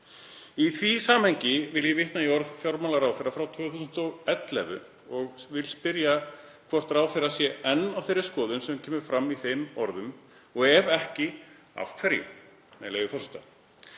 Í því samhengi vil ég vitna í orð fjármálaráðherra frá 2011 og spyrja hvort ráðherra sé enn á þeirri skoðun sem kemur fram í þeim orðum og ef ekki, af hverju? Með leyfi forseta: